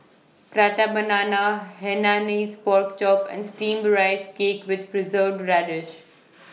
Prata Banana Hainanese Pork Chop and Steamed Rice Cake with Preserved Radish